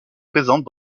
présentes